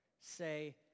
say